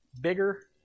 bigger